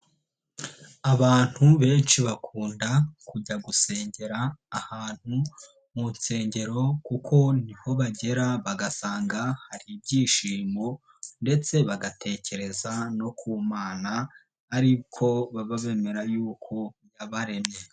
Abantu benshi bakunda kujya gusengera ahantu mu nsengero kuko niho bagera bagasanga hari ibyishimo ndetse bagatekereza no ku Mana, ari ko baba bemera y'uko yabaremye.